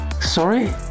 Sorry